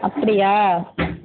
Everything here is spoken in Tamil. அப்படியா